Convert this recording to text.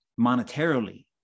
monetarily